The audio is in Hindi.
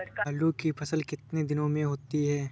आलू की फसल कितने दिनों में होती है?